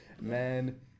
Man